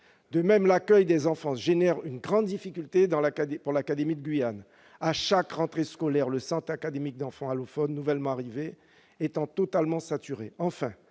De même, l'accueil des enfants est source de grandes difficultés dans l'académie de Guyane à chaque rentrée scolaire, le Centre académique d'enfants allophones nouvellement arrivés étant totalement saturé.